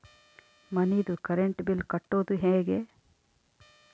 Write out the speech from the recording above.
ಮನಿದು current bill ಕಟ್ಟೊದು ಹೇಗೆ?